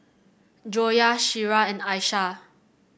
Joyah Syirah and Aisyah